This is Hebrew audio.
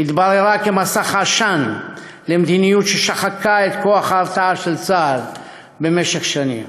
התבררה כמסך עשן למדיניות ששחקה את כוח ההרתעה של צה"ל במשך שנים.